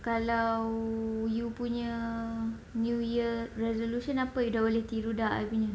kalau you punya new year resolution apa yang dah boleh tiru dah I punya